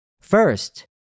First